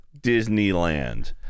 Disneyland